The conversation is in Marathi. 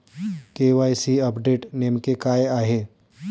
के.वाय.सी अपडेट नेमके काय आहे?